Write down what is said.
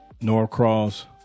Norcross